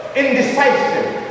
indecisive